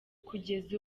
kugeza